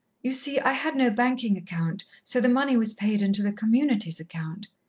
you see, i had no banking account, so the money was paid into the community's account.